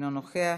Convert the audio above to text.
אינו נוכח.